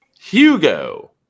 Hugo